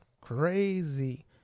Crazy